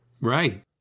Right